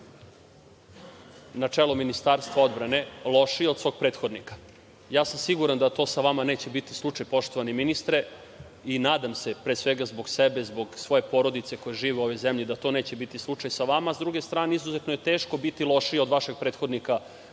na čelo Ministarstva odbrane lošiji od svog prethodnika. Ja sam siguran da to sa vama neće biti slučaj poštovani ministre i nadam se pre svega zbog sebe, zbog svoje porodice koja živi u ovoj zemlji, da to neće biti slučaj sa vama. Sa druge strane, izuzetno je teško biti lošiji od vašeg prethodnika